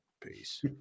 Peace